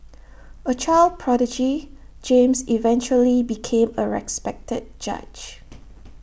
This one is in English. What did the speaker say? A child prodigy James eventually became A respected judge